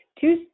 two